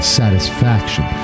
satisfaction